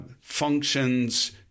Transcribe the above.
functions